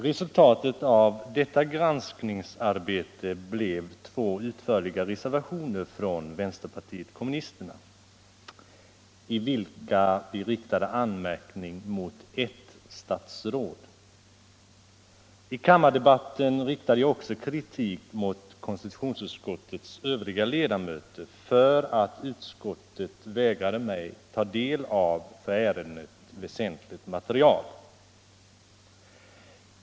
Resultatet av detta granskningsarbete blev två utförliga reservationer från vänsterpartiet kommunisterna i vilka vi riktade anmärkning mot ett statsråd. I kammardebatten riktade jag också kritik mot konstitutionsutskottets övriga ledamöter för att utskottet vägrade mig ta del av - för ärendet — väsentligt material.